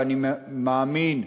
ואני מאמין,